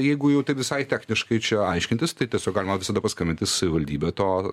jeigu jau taip visai techniškai čia aiškintis tai tiesiog galima visada paskambint į savivaldybę to